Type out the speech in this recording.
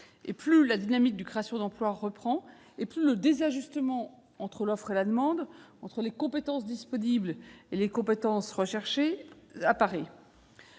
Plus la dynamique de création d'emplois est forte, plus le désajustement entre l'offre et la demande, entre les compétences disponibles et les compétences recherchées, apparaît.